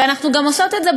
ואנחנו גם עושות את זה,